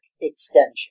extension